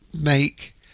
make